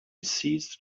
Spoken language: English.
ceased